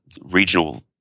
regional